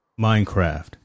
Minecraft